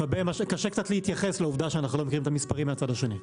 וקשה קצת להתייחס לעובדה שאנחנו לא מכירים את המספרים מהצד השני.